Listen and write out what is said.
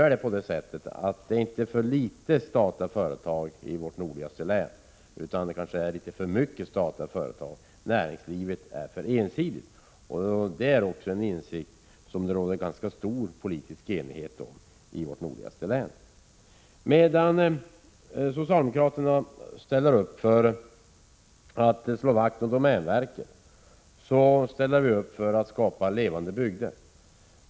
Men det är viktigt att komma ihåg att det inte är för få statliga företag i vårt nordligaste län, utan det kanske är litet för många statliga företag. Näringslivet är för ensidigt. Det är en insikt som det råder ganska stor politisk enighet om i vårt nordligaste län. Medan socialdemokraterna ställer upp för att slå vakt om domänverket, ställer vi upp för att skapa levande bygder.